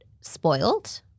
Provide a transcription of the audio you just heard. spoiled